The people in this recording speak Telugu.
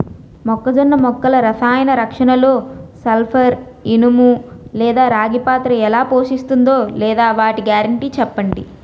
మొక్కజొన్న మొక్కల రసాయన రక్షణలో సల్పర్, ఇనుము లేదా రాగి పాత్ర ఎలా పోషిస్తుందో లేదా వాటి గ్యారంటీ చెప్పండి